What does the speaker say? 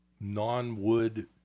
non-wood